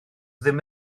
ddim